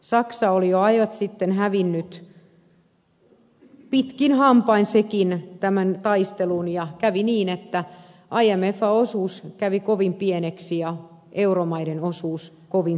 saksa oli jo ajat sitten hävinnyt pitkin hampain sekin tämän taistelun ja kävi niin että imfn osuus kävi kovin pieneksi ja euromaiden osuus kovin suureksi